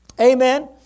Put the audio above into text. amen